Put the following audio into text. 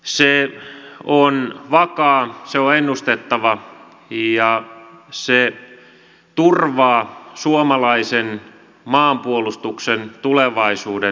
se on vakaa se on ennustettava ja se turvaa suomalaisen maanpuolustuksen tulevaisuuden